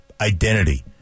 identity